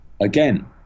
again